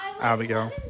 Abigail